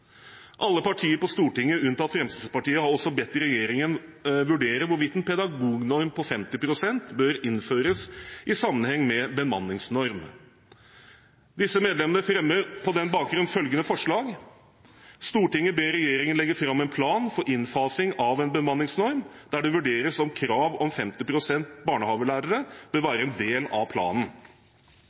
Alle partier på Stortinget, unntatt Fremskrittspartiet, har også bedt regjeringen vurdere hvorvidt en pedagognorm på 50 pst. bør innføres i sammenheng med bemanningsnormen. Disse medlemmene fremmer på den bakgrunn følgende forslag: «Stortinget ber regjeringen legge fram en plan for innfasingen av en bemanningsnorm, der det vurderes om krav om 50 pst. barnehagelærere bør være en del av planen.»